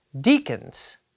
deacons